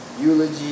eulogy